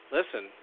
Listen